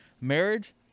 marriage